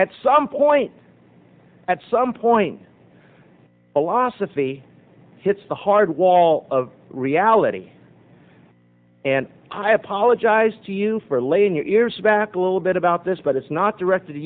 at some point at some point a la syfy hits the hard wall of reality and i apologize to you for laying your ears back a little bit about this but it's not directed